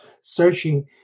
searching